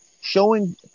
showing